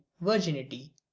virginity